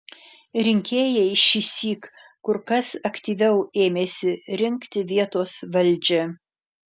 rinkėjai šįsyk kur kas aktyviau ėmėsi rinkti vietos valdžią